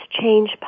change